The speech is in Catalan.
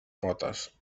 potes